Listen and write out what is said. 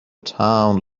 town